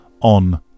on